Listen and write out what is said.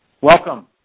Welcome